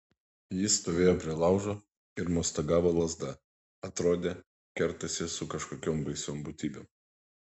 jis stovėjo prie laužo ir mostagavo lazda atrodė kertasi su kažkokiom baisiom būtybėm